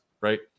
Right